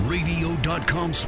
Radio.com